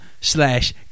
slash